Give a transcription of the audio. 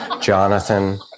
Jonathan